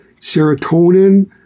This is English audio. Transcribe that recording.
serotonin